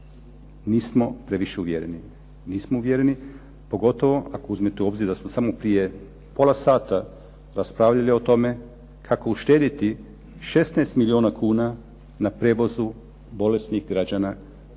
Nismo previše uvjereni. Nismo uvjereni, pogotovo ako uzmete u obzir da smo samo prije pola sata raspravljali o tome kako uštedjeti 16 milijuna kuna na prijevozu bolesnih građana do centara